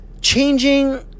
Changing